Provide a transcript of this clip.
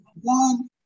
One